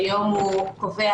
היום הוא קובע,